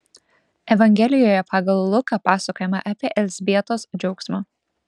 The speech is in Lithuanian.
evangelijoje pagal luką pasakojama apie elzbietos džiaugsmą